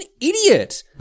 idiot